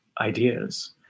ideas